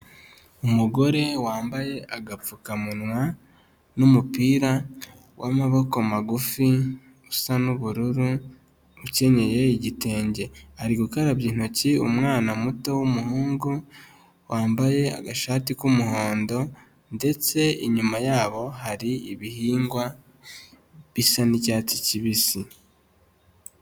Umugore wambaye agapfukamunwa n'umupira w'amaboko magufi usa n'ubururu ukenyeye igitenge, ari gukarabya intoki umwana muto w'umuhungu wambaye agashati k'umuhondo ndetse inyuma yabo hari ibihingwa bisa n'icyatsi kibisi.